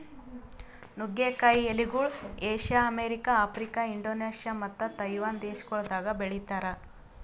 ನುಗ್ಗೆ ಕಾಯಿ ಎಲಿಗೊಳ್ ಏಷ್ಯಾ, ಅಮೆರಿಕ, ಆಫ್ರಿಕಾ, ಇಂಡೋನೇಷ್ಯಾ ಮತ್ತ ತೈವಾನ್ ದೇಶಗೊಳ್ದಾಗ್ ಬೆಳಿತಾರ್